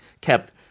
kept